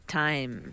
time